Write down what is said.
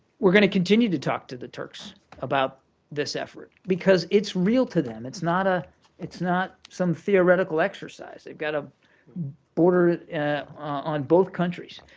we're going to continue to talk to the turks about this effort because it's real to them. it's not a it's not some theoretical exercise. they've got a border on both countries.